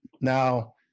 Now